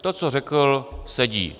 To, co řekl, sedí.